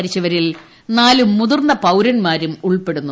മരിച്ചവരിൽ നാല് മുതിർന്ന പൌരൻമാരും ഉൾപ്പെടുന്നു